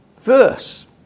verse